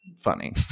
funny